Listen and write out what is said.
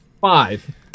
Five